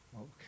Okay